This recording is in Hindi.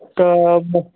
अच्छा बस